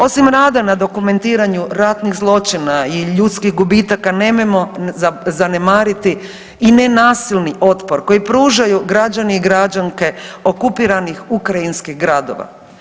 Osim rada na dokumentiranju ratnih zločina i ljudskih gubitaka nemojmo zanemariti i nenasilni otpor koji pružaju građani i građanke okupiranih ukrajinskih gradova.